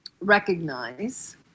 recognize